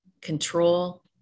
control